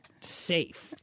safe